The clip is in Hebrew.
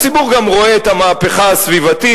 הציבור גם רואה את המהפכה הסביבתית,